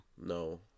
No